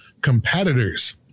competitors